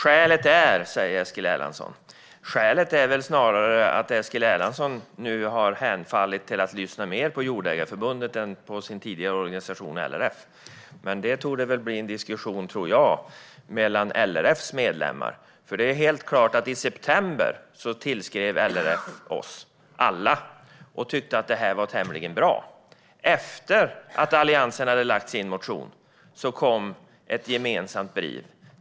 Herr talman! Eskil Erlandsson talar om vad skälet är. Skälet är väl snarare att Eskil Erlandsson nu har hemfallit till att lyssna mer på Jordägareförbundet än på sin tidigare organisation LRF. Det torde bli en diskussion mellan LRF:s medlemmar om det. Det är nämligen helt klart att i september tillskrev LRF oss alla och tyckte att det här var tämligen bra. Efter att Alliansen hade väckt sin motion kom ett gemensamt brev.